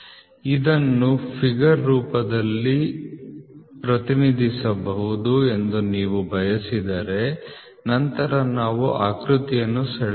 ಇದನ್ನು ಫಿಗರ್ ರೂಪದಲ್ಲಿ ಪ್ರತಿನಿಧಿಸಬೇಕೆಂದು ನೀವು ಬಯಸಿದರೆ ನಂತರ ನಾವು ಆಕೃತಿಯನ್ನು ಬಿಡಿಸೋಣ